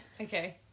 Okay